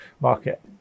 market